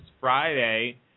Friday